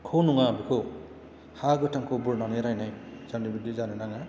खौ नङा बेखौ हा गोथांखौ बुरनानै रायनाय जानायबादि जानो नाङा